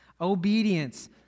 Obedience